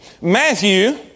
Matthew